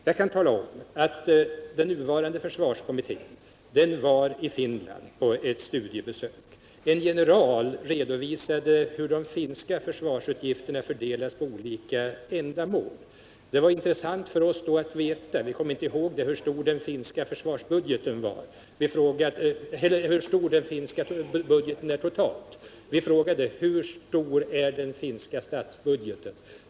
Jag kan berätta att den nuvarande försvarskommittén var i Finland på studiebesök. En general redovisade hur de finska försvarsutgifterna fördelades på olika ändamål. Det var intressant för oss att då veta— vi kom inte ihåg det — hur stor den finska budgeten är totalt. Vi frågade: Hur stor är den finska statsbugeten?